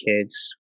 kids